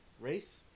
Race